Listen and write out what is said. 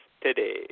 today